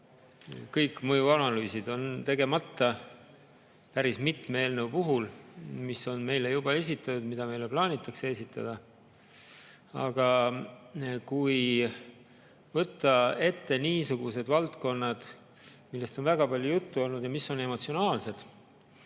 Mõjuanalüüsid on tegemata päris mitme eelnõu puhul, mis on meile juba esitatud ja mida meile plaanitakse esitada. Oleme võtnud ette niisugused valdkonnad, millest on väga palju juttu olnud, mis on emotsionaalsed